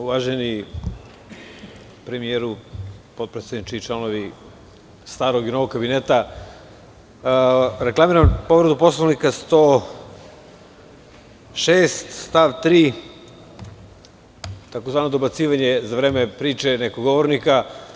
Uvaženi premijeru, potpredsedniče, članovi starog i novog kabineta, reklamiram povredu Poslovnika član 106. stav 3. tzv. dobacivanje za vreme priče nekog govornika.